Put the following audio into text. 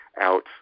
out